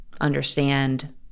understand